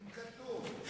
אום כולתום.